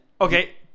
okay